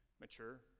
mature